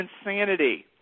insanity